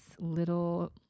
little